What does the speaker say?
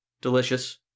delicious